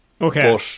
okay